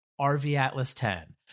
RVAtlas10